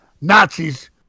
Nazis